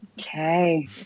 Okay